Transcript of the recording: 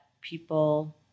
people